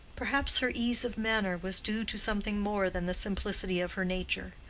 perhaps her ease of manner was due to something more than the simplicity of her nature.